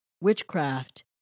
witchcraft